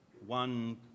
One